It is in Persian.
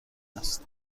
است